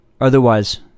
Otherwise